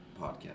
podcast